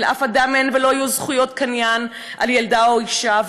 ולאף אדם אין ולא יהיו זכויות קניין על ילדה או אישה,